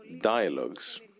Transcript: Dialogues